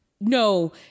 No